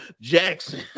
Jackson